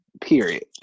Period